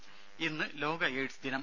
രുമ ഇന്ന് ലോക എയ്ഡ്സ് ദിനം